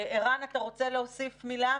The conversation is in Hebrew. ערן, משרד הביטחון, אתה רוצה להוסיף מילה?